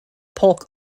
polk